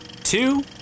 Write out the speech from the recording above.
two